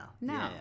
No